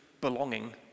belonging